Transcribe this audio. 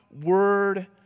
word